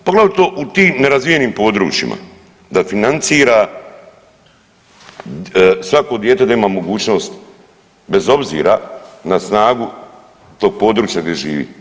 Poglavito u tim nerazvijenim područjima da financira svako dijete da ima mogućnost bez obzira na snagu tog područja gdje živi.